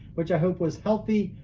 which i hope was healthy,